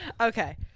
Okay